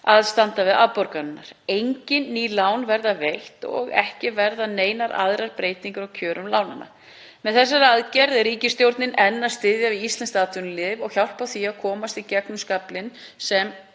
að standa við afborganirnar. Engin ný lán verða veitt og ekki verða neinar aðrar breytingar á kjörum lánanna. Með þessari aðgerð er ríkisstjórnin enn að styðja við íslenskt atvinnulíf og hjálpa því að komast í gegnum skaflinn sem